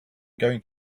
going